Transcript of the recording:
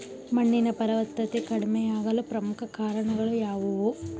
ಮಣ್ಣಿನ ಫಲವತ್ತತೆ ಕಡಿಮೆಯಾಗಲು ಪ್ರಮುಖ ಕಾರಣಗಳು ಯಾವುವು?